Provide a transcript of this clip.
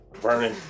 Burning